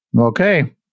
Okay